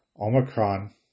Omicron